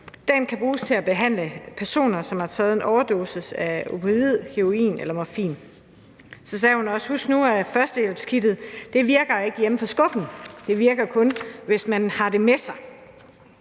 den kan bruges til at behandle personer, som har taget en overdosis af opioider som f.eks. heroin eller morfin. Så sagde hun også: Husk nu, at førstehjælpskittet ikke virker hjemme i skuffen – det virker kun, hvis man har det med sig.